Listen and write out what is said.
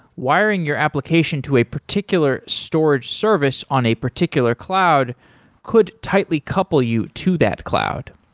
wiring your application to a particular storage service on a particular cloud could tightly couple you to that cloud.